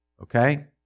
okay